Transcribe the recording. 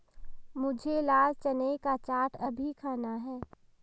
मुझे लाल चने का चाट अभी खाना है